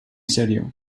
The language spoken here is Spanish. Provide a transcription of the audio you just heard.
serio